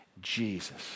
Jesus